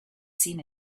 seen